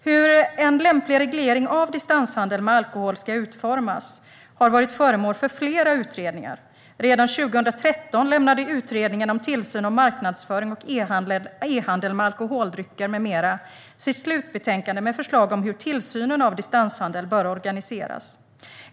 Hur en lämplig reglering av distanshandel med alkohol ska utformas har varit föremål för flera utredningar. Redan 2013 lämnade Utredningen om tillsyn av marknadsföring och e-handel med alkoholdrycker m.m. sitt slutbetänkande med förslag om hur tillsynen av distanshandel bör organiseras.